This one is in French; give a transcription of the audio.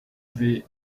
vais